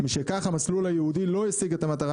משכך המסלול הייעודי לא השיג את המטרה